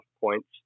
points